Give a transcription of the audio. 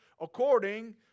according